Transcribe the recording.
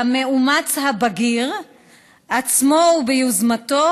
למאומץ הבגיר עצמו וביוזמתו,